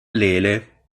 lele